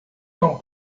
não